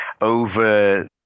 over